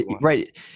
right